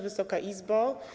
Wysoka Izbo!